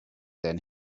than